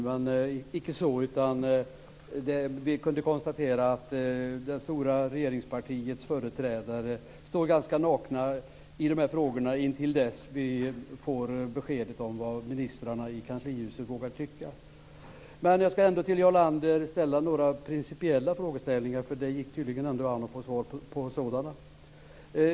Men det är icke så, utan vi kunde konstatera att det stora regeringspartiets företrädare står ganska nakna i de här frågorna, intill dess de får besked om vad ministrarna i kanslihuset vågar tycka. Jag skall ändå ställa några principiella frågor till Jarl Lander, då det tydligen gick att få svar på sådana.